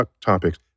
topics